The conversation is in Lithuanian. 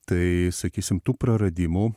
tai sakysim tų praradimų